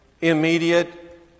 immediate